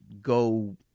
go